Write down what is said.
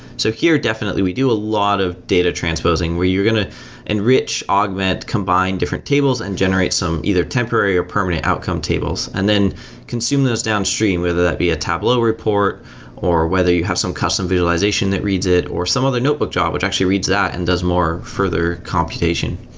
so, here, definitely we do a lot of data transposing, where you're going to enrich, augment, combine different tables and generate some either temporary or permanent outcome tables and then consume downstream, whether that'd be a tableau report or whether you have some custom visualization that reads it or some other notebook job, which actually reads that and does more further computation.